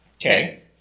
Okay